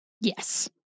Yes